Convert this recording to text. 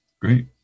Great